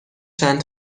چند